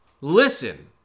Listen